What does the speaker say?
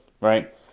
right